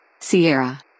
Sierra